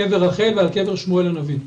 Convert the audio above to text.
קבר רחל וקבר שמואל הנביא.